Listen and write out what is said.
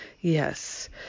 Yes